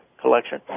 collection